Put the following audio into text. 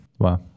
Wow